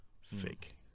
Fake